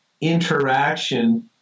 interaction